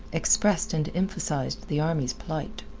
expressed and emphasized the army's plight.